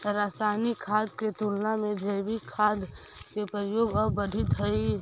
रासायनिक खाद के तुलना में जैविक खाद के प्रयोग अब बढ़ित हई